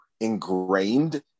ingrained